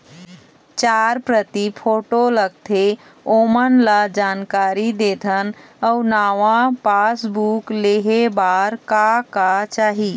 चार प्रति फोटो लगथे ओमन ला जानकारी देथन अऊ नावा पासबुक लेहे बार का का चाही?